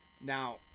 Now